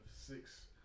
six